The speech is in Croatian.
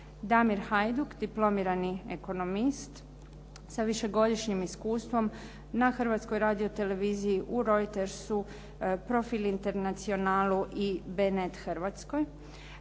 Damir Hajduk, diplomirani ekonomist sa višegodišnjim iskustvom na Hrvatskoj radioteleviziji u Reutersu, Profil internationalu i B net Hrvatskoj,